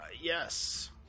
yes